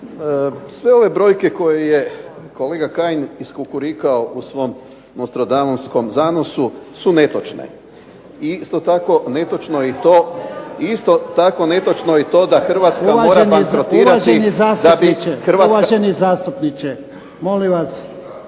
Sve ove brojke koje je kolega Kajin iskukurikao u svom nostradamuskom zanosu su netočne, i isto tako netočno je i to da Hrvatska mora bankrotirati. **Jarnjak, Ivan (HDZ)** Uvaženi zastupniče, molim vas